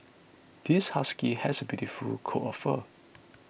this husky has a beautiful coat of fur